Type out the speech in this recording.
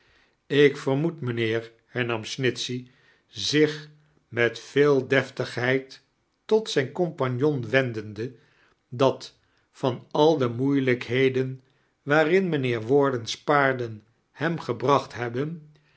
ik venrmoed mijnheer hernam sniticheyj zich met veel deftigiheid tot zijn compagnon wendende dat van al de moeilijkheden waarin mijnheeir warden's paarden hem geibnactet hebben